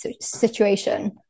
situation